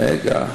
רגע.